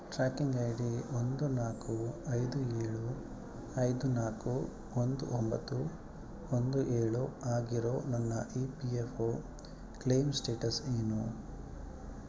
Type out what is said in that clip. tracking I D ಒಂದು ನಾಲ್ಕು ಐದು ಏಳು ಐದು ನಾಲ್ಕು ಒಂದು ಒಂಬತ್ತು ಒಂದು ಏಳು ಆಗಿರೋ ನನ್ನ E P F O claim status ಏನು